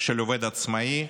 של עובד עצמאי,